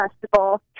Festival